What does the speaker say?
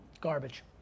Garbage